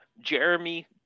Jeremy